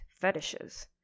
fetishes